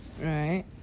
Right